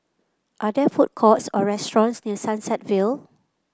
are there food courts or restaurants near Sunset Vale